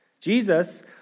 Jesus